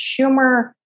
Schumer